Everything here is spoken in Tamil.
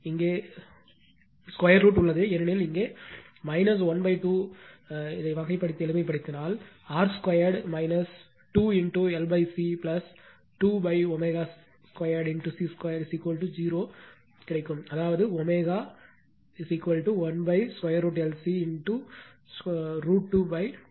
இங்கே 2√ உள்ளது ஏனெனில் இங்கே ½ வகைப்படுத்தி எளிமைப்படுத்தினால் R 2 2 LC 2ω 2 C 20 கிடைக்கும் அதாவது ω1√L C √22 R 2 CL